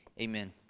Amen